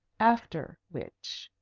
after which?